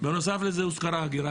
בנוסף לזה הוזכרה אגירה.